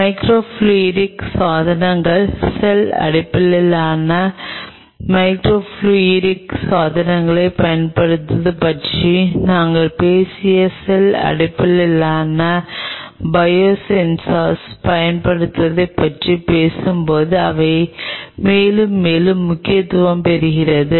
microfluidic சாதனங்கள் cell அடிப்படையிலான microfluidic சாதனங்களைப் பயன்படுத்துவது பற்றி நாங்கள் பேசிய செல் அடிப்படையிலான பயோசென்சர்களைப் பயன்படுத்துவதைப் பற்றி பேசும்போது இவை மேலும் மேலும் முக்கியத்துவம் பெறுகின்றன